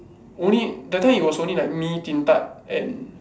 only that time it was only like me Din-Tat and